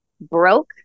broke